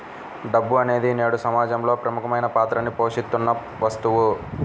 డబ్బు అనేది నేడు సమాజంలో ప్రముఖమైన పాత్రని పోషిత్తున్న వస్తువు